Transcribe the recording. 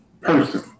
person